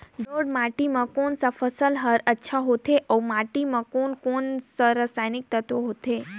जलोढ़ माटी मां कोन सा फसल ह अच्छा होथे अउर माटी म कोन कोन स हानिकारक तत्व होथे?